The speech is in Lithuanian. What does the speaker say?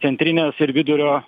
centrinės ir vidurio